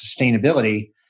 sustainability